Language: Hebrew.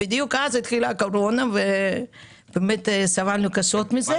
בדיוק אז התחילה הקורונה וסבלנו קשות מזה.